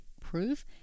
Proof